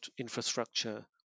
infrastructure